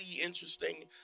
interesting